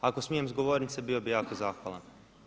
Ako smijem s govornice bio bi jako zahvalan.